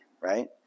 right